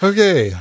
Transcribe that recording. Okay